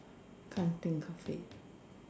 can't think of it